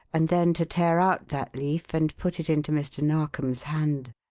and then to tear out that leaf and put it into mr. narkom's hand.